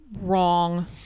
wrong